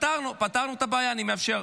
פתרנו את הבעיה, אני מאפשר.